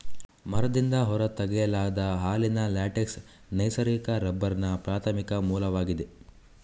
ಮರದಿಂದ ಹೊರ ತೆಗೆಯಲಾದ ಹಾಲಿನ ಲ್ಯಾಟೆಕ್ಸ್ ನೈಸರ್ಗಿಕ ರಬ್ಬರ್ನ ಪ್ರಾಥಮಿಕ ಮೂಲವಾಗಿದೆ